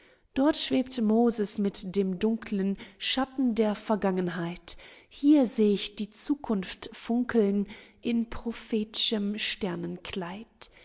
dort schwebt moses mit den dunkeln schatten der vergangenheit hier seh ich die zukunft funkeln in prophet'schem